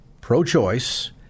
pro-choice